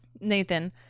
Nathan